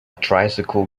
tricycle